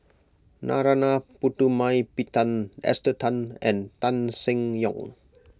Narana Putumaippittan Esther Tan and Tan Seng Yong